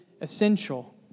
essential